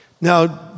Now